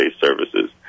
services